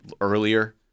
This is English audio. earlier